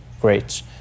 great